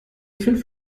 fünf